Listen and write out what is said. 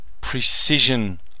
precision